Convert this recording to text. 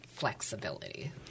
flexibility